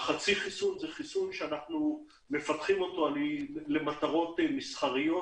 החצי חיסון זה חיסון שאנחנו מפתחים למטרות מסחריות,